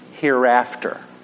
hereafter